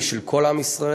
היא של כל עם ישראל.